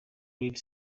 great